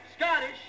Scottish